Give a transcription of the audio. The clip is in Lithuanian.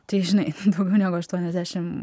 tai žinai daugiau negu aštuoniasdešim